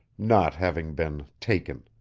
not having been taken